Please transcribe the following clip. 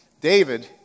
David